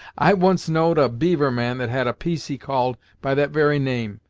i once know'd a beaver-man that had a piece he called by that very name,